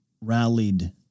rallied